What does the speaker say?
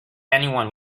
anyone